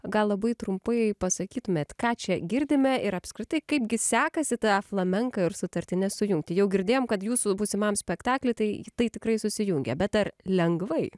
gal labai trumpai pasakytumėt ką čia girdime ir apskritai kaipgi sekasi tą flamenką ir sutartines sujungti jau girdėjom kad jūsų būsimam spektakly tai tai tikrai susijungia bet ar lengvai